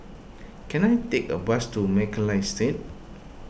can I take a bus to